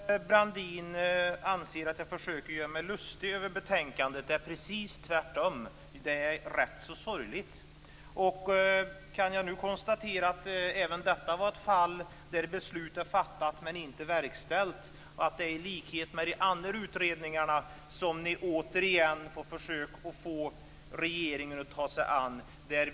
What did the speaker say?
Fru talman! Jag beklagar att Brandin anser att jag försöker göra mig lustig över betänkandet. Det är precis tvärtom. Det är rätt sorgligt. Jag kan nu konstatera att även detta är ett fall där beslut har fattats men inte verkställts. Ni får här, i likhet med vad som gällde för de andra utredningarna, återigen försöka få regeringen att ta sig an frågan.